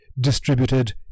distributed